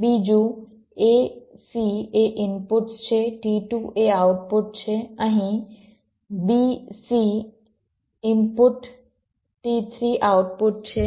બીજું a c એ inputs છે t2 એ આઉટપુટ છે અહીં b c input t3 output છે